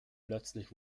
plötzlich